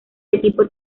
equipo